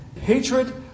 hatred